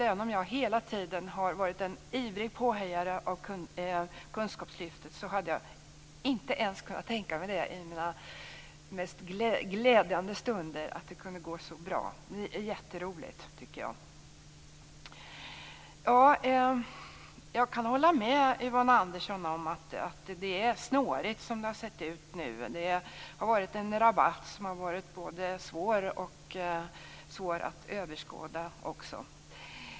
Även om jag hela tiden har varit en ivrig påhejare av kunskapslyftet, hade jag inte ens kunnat tänka mig i mina mest glädjande stunder att det hade kunnat gå så bra. Det är jätteroligt. Jag kan hålla med Yvonne Andersson att det har sett snårigt ut. Rabatten har varit svår att överskåda.